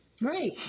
Right